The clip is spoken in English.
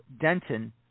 Denton